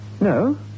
No